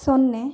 ಸೊನ್ನೆ